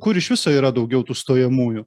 kur iš viso yra daugiau tų stojamųjų